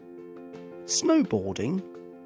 Snowboarding